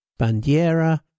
Bandiera